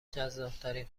جذابترین